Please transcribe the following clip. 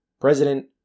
president